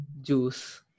juice